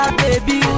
baby